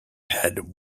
had